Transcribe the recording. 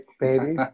baby